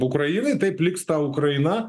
ukrainai taip liks ta ukraina